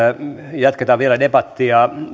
jatketaan vielä debattia